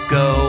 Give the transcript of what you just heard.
go